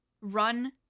run